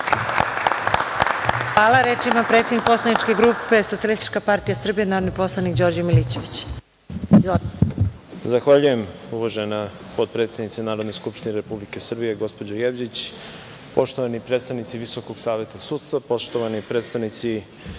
Hvala. Reč ima predsednik poslaničke grupe Socijalistička partija Srbije, narodni poslanik Đorđe Milićević. Izvolite. **Đorđe Milićević** Zahvaljujem, uvažena potpredsednice Narodne skupštine Republike Srbije gospođo Jevđić. Poštovani predstavnici Visokog saveta sudstva, poštovani predstavnici